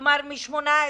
כלומר, מגיל 18,